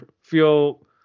feel